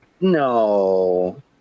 No